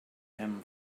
him